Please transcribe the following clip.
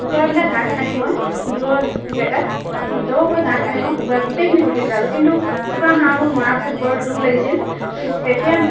কুকুৰাবিলাক গাঁত খান্দি মই দূৰৰ জেগাত দকৈ গাঁত খান্দি মই কুকুৰা গোটেইখিনি পুতি পেলালোঁ কিন্তু কুকুৰা হাঁহবোৰ মৰাৰ পিছত বৰ দুখ লাগিছিল যেতিয়া